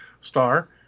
star